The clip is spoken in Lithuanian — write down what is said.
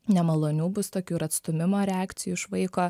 nemalonių bus tokių ir atstūmimo reakcijų iš vaiko